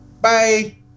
Bye